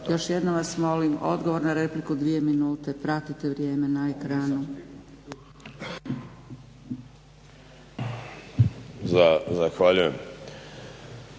Još jednom vas molim, odgovor na repliku dvije minute. Pratite vrijeme na ekranu. **Mlakar,